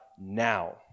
now